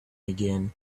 again